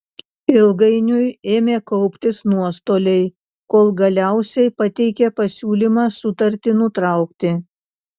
ilgainiui ėmė kauptis nuostoliai kol galiausiai pateikė pasiūlymą sutartį nutraukti